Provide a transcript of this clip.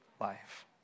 life